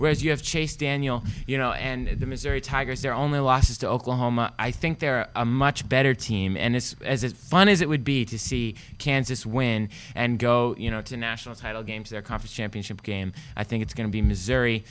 whereas you have chase daniel you know and the missouri tigers they're only losses to oklahoma i think they're a much better team and it's as fun as it would be to see kansas win and go you know to national title games their conversation piece of the game i think it's going to be missouri